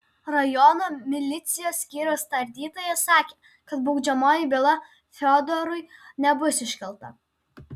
rajono milicijos skyriaus tardytojas sakė kad baudžiamoji byla fiodorui nebus iškelta